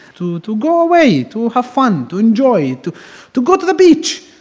to to go away, yeah to have fun, to enjoy. to to go to the beach!